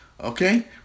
okay